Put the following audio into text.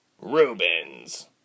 Rubens